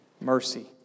mercy